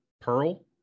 Pearl